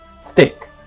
stick